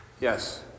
Yes